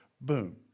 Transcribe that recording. Boom